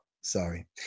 sorry